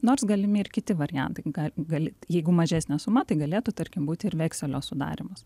nors galimi ir kiti variantai ga gali jeigu mažesnė suma tai galėtų tarkim būti ir vekselio sudarymas